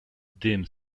dim